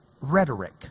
rhetoric